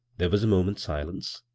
there was a moment's silence,